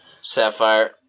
Sapphire